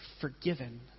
forgiven